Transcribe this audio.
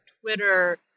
Twitter